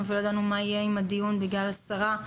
ולא ידענו מה שיהיה עם הדיון בגלל השרה,